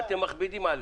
אתם מכבידים עליהם.